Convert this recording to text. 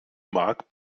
mark